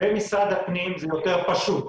במשרד הפנים זה יותר פשוט,